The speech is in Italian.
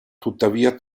tuttavia